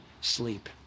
Sleep